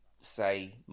say